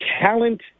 talent